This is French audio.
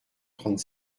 trente